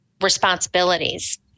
responsibilities